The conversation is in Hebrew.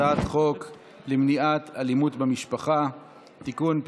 הצעת חוק למניעת אלימות במשפחה (תיקון,